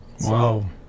Wow